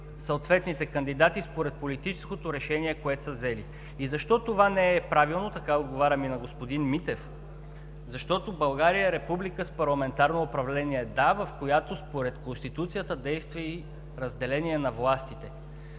съответните кандидати според политическото решение, което са взели. Защо това не е правилно – така отговарям и на господин Митев, защото България е република с парламентарно управление – да, в която според Конституцията действа ѝ разделение на властите.